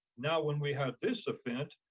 now, when we had this event,